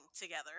together